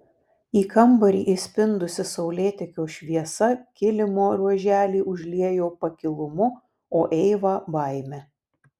į kambarį įspindusi saulėtekio šviesa kilimo ruoželį užliejo pakilumu o eivą baime